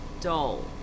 dull